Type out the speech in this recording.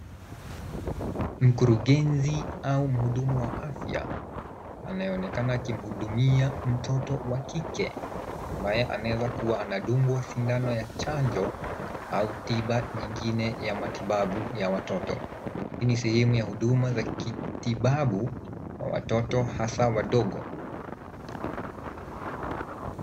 Mkurugenzi au mhudumu wa afya, anaonekana akihudumia mtoto wa kike ambaye anaweza kuwa anadungwa sindano ya chanjo au tiba nyingine ya matibabu ya watoto. Hii ni sehemu ya huduma za kitabibu kwa watoto hasa wadogo.